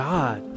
God